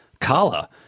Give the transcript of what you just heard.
Kala